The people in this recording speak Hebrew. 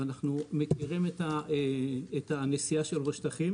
בנוסף, אנחנו מכירים את הנסיעה שלו בשטחים